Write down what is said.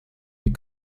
wie